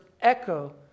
echo